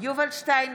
יובל שטייניץ,